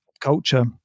culture